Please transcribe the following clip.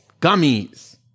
Gummies